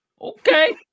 Okay